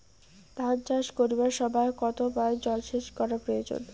ধান চাষ করিবার সময় কতবার জলসেচ করা প্রয়োজন?